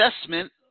assessment